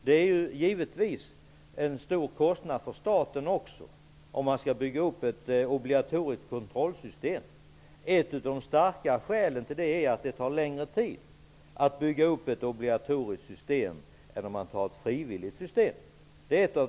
Det skulle givetvis medföra en stor kostnad för staten att bygga upp ett obligatoriskt kontrollsystem -- det skulle kosta många hundra miljoner. Ett av de starka skälen till det är att det tar längre tid att bygga upp ett sådant, än att införa ett frivilligt system.